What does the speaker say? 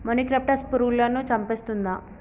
మొనిక్రప్టస్ పురుగులను చంపేస్తుందా?